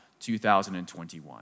2021